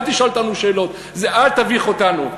אל תשאל אותנו, אל תביך אותנו.